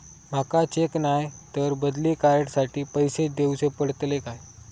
माका चेक नाय तर बदली कार्ड साठी पैसे दीवचे पडतले काय?